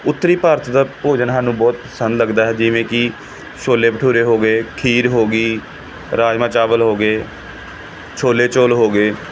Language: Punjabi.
ਉੱਤਰੀ ਭਾਰਤ ਦਾ ਭੋਜਨ ਸਾਨੂੰ ਬਹੁਤ ਪਸੰਦ ਲੱਗਦਾ ਹੈ ਜਿਵੇਂ ਕਿ ਛੋਲੇ ਭਟੂਰੇ ਹੋ ਗਏ ਖੀਰ ਹੋ ਗਈ ਰਾਜਮਾਂਹ ਚਾਵਲ ਹੋ ਗਏ ਛੋਲੇ ਚੌਲ ਹੋ ਗਏ